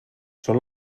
són